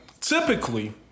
Typically